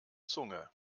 zunge